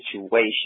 situation